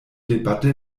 debatte